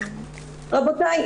רבותי,